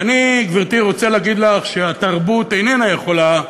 ואני, גברתי, רוצה להגיד לך שהתרבות איננה יכולה,